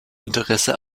interesse